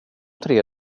tre